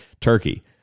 turkey